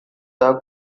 the